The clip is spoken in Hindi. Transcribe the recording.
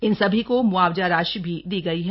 इन सभी को मुआवजा राशि भी दी गई है